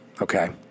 Okay